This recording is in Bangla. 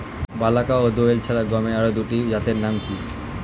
বলাকা ও দোয়েল ছাড়া গমের আরো দুটি জাতের নাম কি?